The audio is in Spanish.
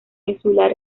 insular